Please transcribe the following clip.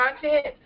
content